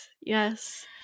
Yes